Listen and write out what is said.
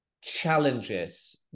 challenges